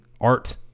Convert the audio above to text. art